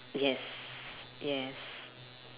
yes yes